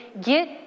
Get